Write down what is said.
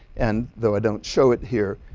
and though i don't show it here,